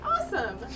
Awesome